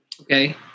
okay